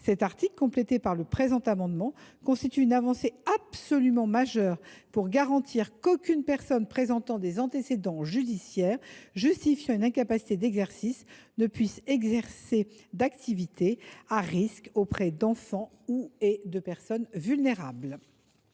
Cet article, complété par le présent dispositif, constitue une avancée absolument majeure pour garantir qu’aucune personne qui présente des antécédents judiciaires justifiant une incapacité d’exercice ne puisse exercer d’activité à risque auprès d’enfants et de personnes vulnérables.